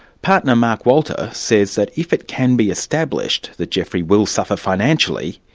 partner mark walter says that if it can be established that geoffrey will suffer financially,